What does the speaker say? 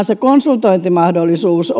se konsultointimahdollisuus